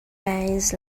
pains